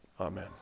Amen